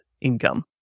income